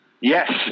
Yes